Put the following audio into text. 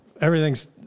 everything's